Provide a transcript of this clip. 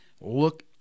look